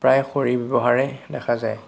প্ৰায় খৰিৰ ব্যৱহাৰেই দেখা যায়